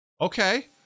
Okay